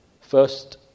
First